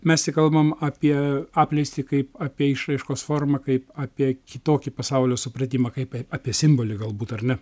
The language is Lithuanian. mes tik kalbam apie apleistį kaip apie išraiškos formą kaip apie kitokį pasaulio supratimą kaip apie simbolį galbūt ar ne